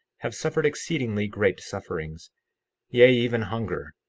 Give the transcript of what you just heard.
have suffered exceedingly great sufferings yea, even hunger,